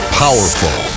powerful